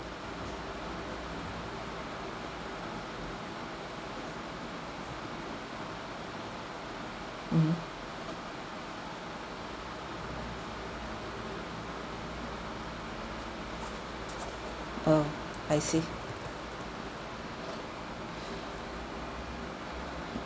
mmhmm oh I see